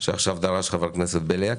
שעכשיו דרש חבר הכנסת בליאק.